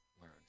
learn